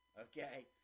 okay